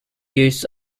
use